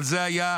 על זה הייתה